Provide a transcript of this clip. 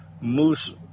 moose